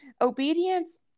Obedience